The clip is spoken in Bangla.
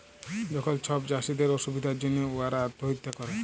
যখল ছব চাষীদের অসুবিধার জ্যনহে উয়ারা আত্যহত্যা ক্যরে